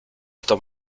estos